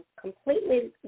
completely